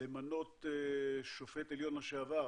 למנות שופט עליון לשעבר